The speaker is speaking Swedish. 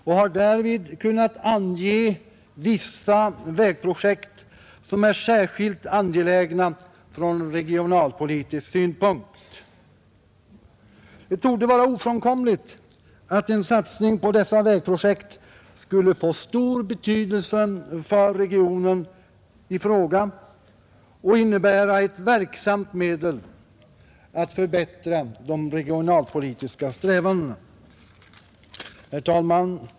Den har därvid kunnat ange vissa vägprojekt som är särskilt angelägna från regionalpolitisk synpunkt. Det torde vara ovedersägligt att en satsning på dessa vägprojekt skulle få stor betydelse för regionen i fråga och innebära ett verksamt medel för att stärka de regionalpolitiska strävandena. Herr talman!